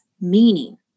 meaning